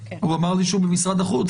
הוא אמר לי שהוא במשרד החוץ.